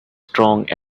strong